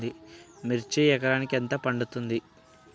మిర్చి ఎకరానికి ఎంత పండుతది?